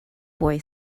boy